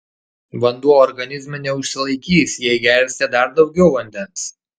vanduo organizme neužsilaikys jei gersite dar daugiau vandens